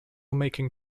making